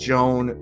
Joan